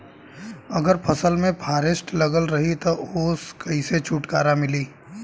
अगर फसल में फारेस्ट लगल रही त ओस कइसे छूटकारा मिली?